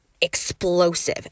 explosive